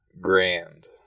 Grand